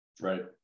Right